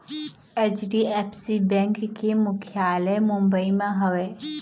HDFC bank के मुख्यालय मुंबई म हवय